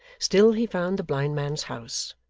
still he found the blind man's house.